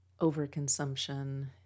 overconsumption